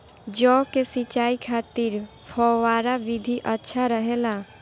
जौ के सिंचाई खातिर फव्वारा विधि अच्छा रहेला?